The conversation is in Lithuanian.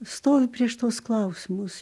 stovi prieš tuos klausimus